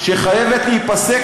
שחייבת להיפסק,